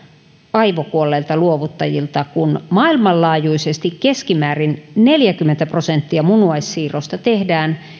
aivokuolleelta luovuttajalta kun maailmanlaajuisesti keskimäärin neljäkymmentä prosenttia munuaissiirroista tehdään